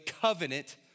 covenant